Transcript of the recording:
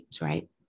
right